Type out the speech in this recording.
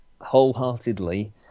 wholeheartedly